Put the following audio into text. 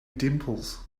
dimples